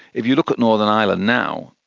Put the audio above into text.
if you look at northern ireland now,